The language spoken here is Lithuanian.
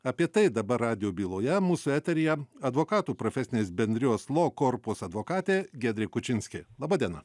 apie tai dabar radijo byloja mūsų eteryje advokatų profesinės bendrijos lo korpus advokatė giedrė kučinskė laba diena